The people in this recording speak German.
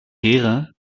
ehre